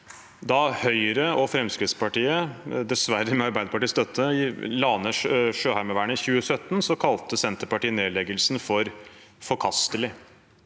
Da Høyre og Fremskrittspartiet – dessverre med Arbeiderpartiets støtte – la ned Sjøheimevernet i 2017, kalte Senterpartiet nedleggelsen for forkastelig.